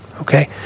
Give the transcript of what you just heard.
Okay